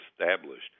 established